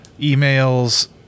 emails